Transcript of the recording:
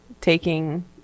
taking